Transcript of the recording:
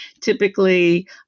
Typically